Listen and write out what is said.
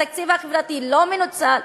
התקציב החברתי לא מנוצל,